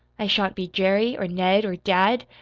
i shan't be jerry or ned or dad.